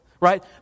right